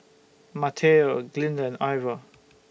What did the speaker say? Mateo Glinda and Ivor